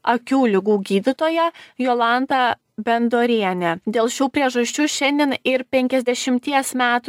akių ligų gydytoja jolanta bendorienė dėl šių priežasčių šiandien ir penkiasdešimties metų